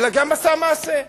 אלא גם עשה מעשה.